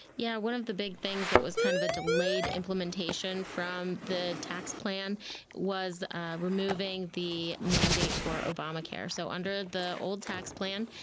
yeah one of the big things that was kind of a delayed implementation from the tax plan was removing the mandate for obamacare. so under ah the old tax plan,